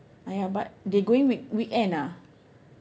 !aiya! but they going week weekend ah